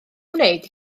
wneud